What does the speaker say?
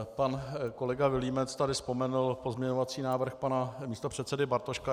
Pan kolega Vilímec tady vzpomenul pozměňovací návrh pana místopředsedy Bartoška.